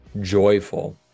joyful